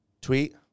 tweet